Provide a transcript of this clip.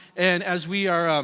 and as we are